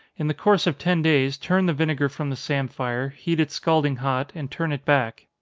in the course of ten days, turn the vinegar from the samphire, heat it scalding hot, and turn it back.